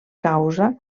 causa